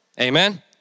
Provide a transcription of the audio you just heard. Amen